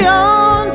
on